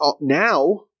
now